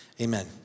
Amen